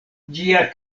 ĝia